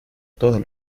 todos